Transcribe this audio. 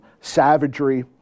savagery